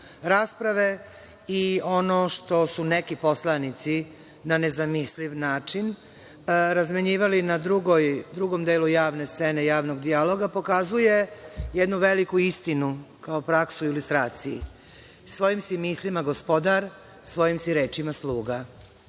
rasprave i ono što su neki poslanici, na nezamisliv način razmenjivali, na drugom delu javne scene, javnog dijaloga, pokazuje jednu veliku istinu, kao praksu u ilustraciji - svojim si mislima gospodar, svojim si rečima sluga.